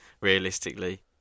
realistically